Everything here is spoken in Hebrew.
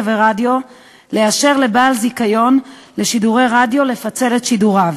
ורדיו לאשר לבעל זיכיון לשידורי רדיו לפצל את שידוריו,